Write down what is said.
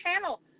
channel